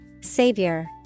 Savior